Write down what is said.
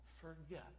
forget